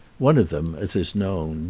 one of them, as is known,